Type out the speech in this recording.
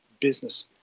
business